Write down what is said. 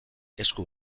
esku